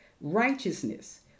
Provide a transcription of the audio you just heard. righteousness